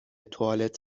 توالت